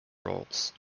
roles